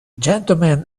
gentlemen